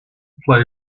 play